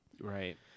right